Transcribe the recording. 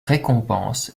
récompense